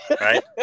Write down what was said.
right